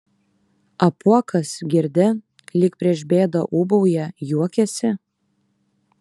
apuokas girdi lyg prieš bėdą ūbauja juokiasi